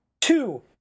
two